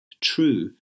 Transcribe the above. true